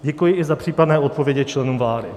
Děkuji i za případné odpovědi členů vlády.